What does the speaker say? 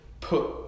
put